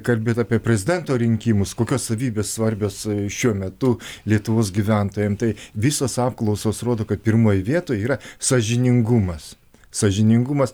kalbėt apie prezidento rinkimus kokios savybės svarbios šiuo metu lietuvos gyventojam tai visos apklausos rodo kad pirmoj vietoje yra sąžiningumas sąžiningumas